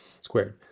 Squared